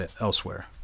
elsewhere